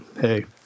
Hey